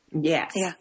Yes